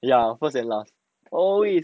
ya first and last